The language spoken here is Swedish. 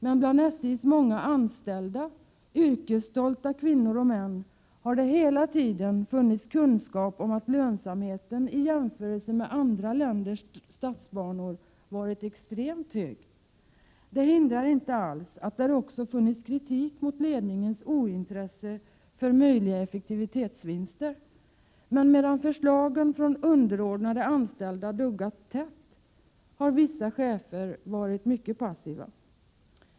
Men bland SJ:s många anställda, yrkesstolta kvinnor och män, har det hela tiden funnits kunskap om att lönsamheten i jämförelse med andra länders statsbanor varit extremt hög. Det hindrar inte alls att där också funnits kritik mot ledningens ointresse för möjliga effektivitetsvinster. Medan förslagen från underordnade anställda duggat tätt, har vissa chefer varit mycket passiva.